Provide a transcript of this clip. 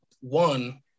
one